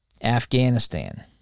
Afghanistan